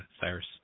Cyrus